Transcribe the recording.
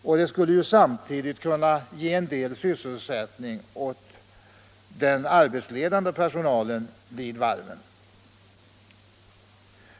Samtidigt skulle det ge sysselsättning åt den arbetsledande personalen vid varven.